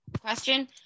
question